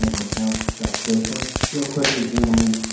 mr. towns. dr. gosar? real quickly, gentlemen.